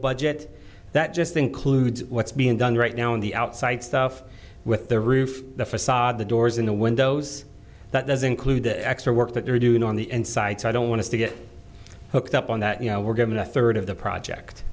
budget that just includes what's being done right now on the outside stuff with the roof the facade the doors in the windows that does include the extra work that they're doing on the inside so i don't want to get hooked up on that you know we're given a third of the project